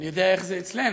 אני יודע איך זה אצלנו,